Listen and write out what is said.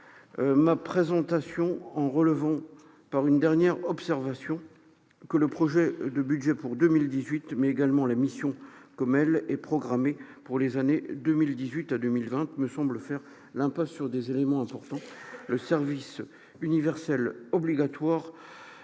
ma présentation en relevant, par une dernière observation, que le projet de budget pour 2018, mais également la mission telle qu'elle est programmée pour les années 2018 à 2020 me semblent faire l'impasse sur des éléments importants. Le service universel obligatoire